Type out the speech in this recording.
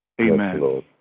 Amen